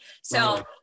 So-